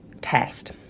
test